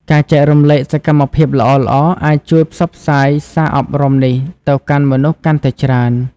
ការចែករំលែកសកម្មភាពល្អៗអាចជួយផ្សព្វផ្សាយសារអប់រំនេះទៅកាន់មនុស្សកាន់តែច្រើន។